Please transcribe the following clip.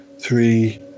three